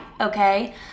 okay